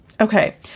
Okay